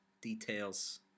details